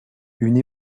une